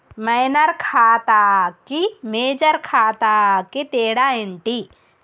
Minor ఖాతా కి major ఖాతా కి తేడా ఏంటి?